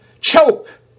choke